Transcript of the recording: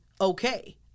okay